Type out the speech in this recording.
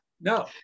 No